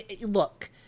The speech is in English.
look